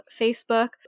Facebook